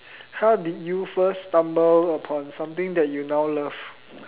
how did you first stumble upon something that you now love